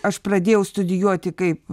aš pradėjau studijuoti kaip